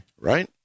right